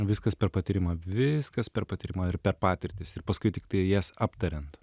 viskas per patyrimą viskas per patyrimą ir per patirtis ir paskui tiktai jas aptariant